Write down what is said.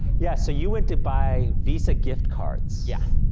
yeah, so, you went to buy visa gift cards. yeah.